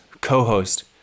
co-host